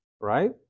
right